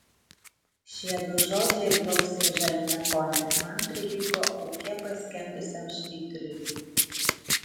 šie du žodžiai blausiai žaliame fone man prilygo ūke paskendusiam švyturiui